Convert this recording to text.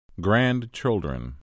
Grandchildren